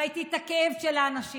ראיתי את הכאב של האנשים